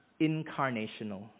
incarnational